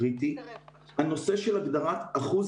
חשוב לשמר את הכשירות אצלנו כדי שלא ייווצר מצב ששולחים